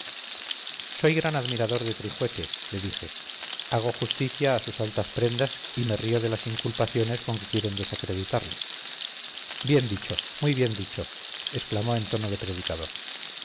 soy gran admirador de trijueque le dije hago justicia a sus altas prendas y me río de las inculpaciones con que quieren desacreditarle bien dicho muy bien dicho exclamó en tono de predicador